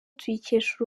tuyikesha